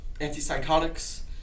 anti-psychotics